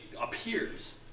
appears